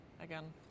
again